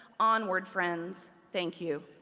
onward, friends. thank you.